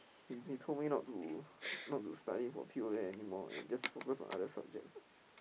he told me not to not to study for P_O_A anymore and just focus on other subjects